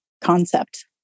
concept